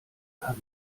kann